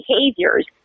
behaviors